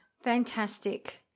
Fantastic